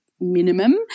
minimum